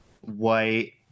white